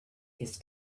his